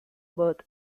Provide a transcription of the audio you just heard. birth